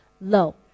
Low